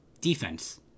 defense